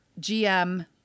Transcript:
GM